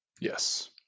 Yes